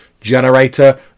generator